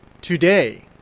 today